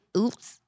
Oops